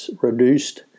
reduced